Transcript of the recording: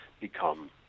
become